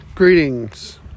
Greetings